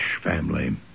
family